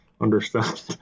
understand